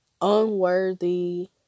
unworthy